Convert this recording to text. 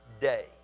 day